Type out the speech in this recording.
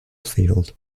field